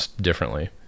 differently